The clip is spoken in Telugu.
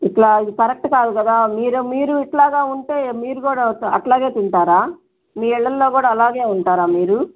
ఇట్లా ఇది కరెక్ట్ కాదు కదా మీరు మీరు ఇట్లాగ ఉంటే మీరు కూడా అట్లాగే తింటారా మీ ఇళ్ళల్లో కూడా అలాగే ఉంటారా మీరు